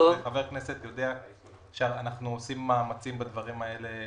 חבר הכנסת טיבי יודע שאנחנו עושים מאמצים בדברים האלה,